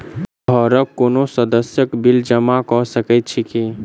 घरक कोनो सदस्यक बिल जमा कऽ सकैत छी की?